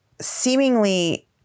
seemingly